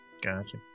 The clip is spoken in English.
gotcha